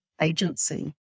agency